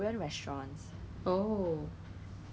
讲有人做那个 pest control ah